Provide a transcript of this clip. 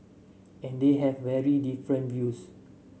and they have very different views